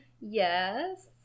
Yes